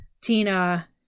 tina